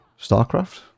starcraft